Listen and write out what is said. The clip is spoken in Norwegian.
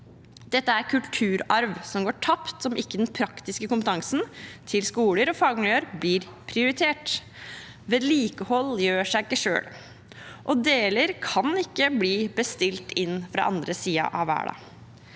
Dette er kulturarv som går tapt om ikke den praktiske kompetansen til skoler og fagmiljøer blir prioritert. Vedlikehold gjør seg ikke selv, og deler kan ikke bli bestilt inn fra andre siden av verden.